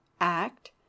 act